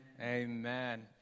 Amen